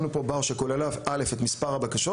לאורך כל השנים שמנו פה בר שכולל את מספר הבקשות,